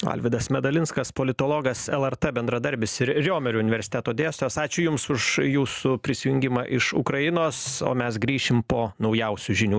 alvydas medalinskas politologas lrt bendradarbis ir riomerio universiteto dėstytojas ačiū jums už jūsų prisijungimą iš ukrainos o mes grįšim po naujausių žinių